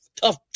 tough